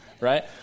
Right